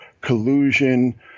collusion